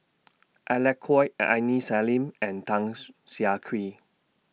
Alec Kuok Aini Salim and Tan's Siah Kwee